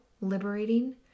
liberating